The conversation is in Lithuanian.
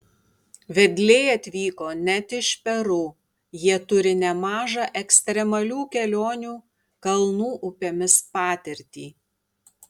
vedliai atvyko net iš peru jie turi nemažą ekstremalių kelionių kalnų upėmis patirtį